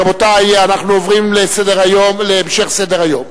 רבותי, אנחנו עוברים להמשך סדר-היום.